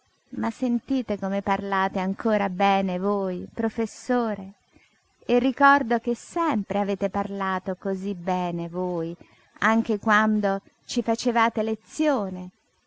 ma sentite come parlate ancora bene voi professore e ricordo che sempre avete parlato cosí bene voi anche quando ci facevate lezione